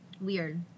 Weird